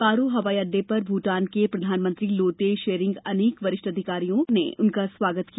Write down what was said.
पारो हवाई अड्डे पर भूटान के प्रधानमंत्री लोते शेरिंग अनेक वरिष्ठ मंत्रियों और उच्च अधिकारियों ने उनका स्वातगत किया